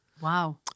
Wow